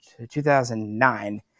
2009